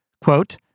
quote